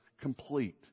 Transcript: complete